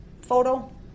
photo